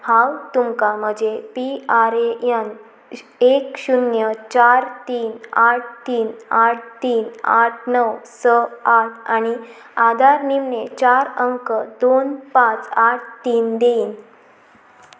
हांव तुमकां म्हजें पी आर ए यन एक शुन्य चार तीन आठ तीन आठ तीन आठ णव स आठ आनी आदार निमणे चार अंक दोन पांच आठ तीन दीन